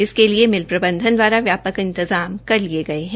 इसके लिए मिल प्रबंधन द्वारा व्यापक इंतजाम कर लिए गए है